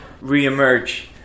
re-emerge